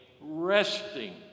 resting